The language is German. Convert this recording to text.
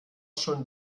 schon